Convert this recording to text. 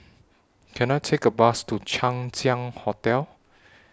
Can I Take A Bus to Chang Ziang Hotel